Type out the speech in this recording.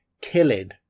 killing